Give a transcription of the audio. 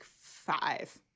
five